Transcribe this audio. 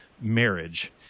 marriage